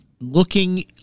Looking